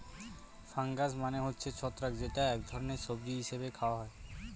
fungus মানে হচ্ছে ছত্রাক যেটা এক ধরনের সবজি হিসেবে খাওয়া হয়